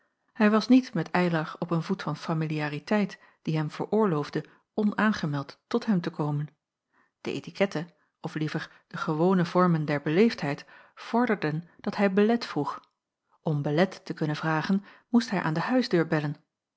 hij was niet met eylar op een voet van familiariteit die hem veroorloofde onaangemeld tot hem te komen de etikette of liever de gewone vormen der beleefdheid vorderden dat hij belet vroeg om belet te kunnen vragen moest hij aan de huisdeur bellen